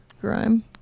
Grime